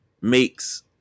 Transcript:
makes